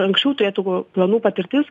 anksčiau turėtų planų patirtis